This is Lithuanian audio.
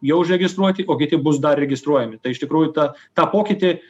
jau užregistruoti o kiti bus dar registruojami tai iš tikrųjų ta tą pokytį